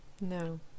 No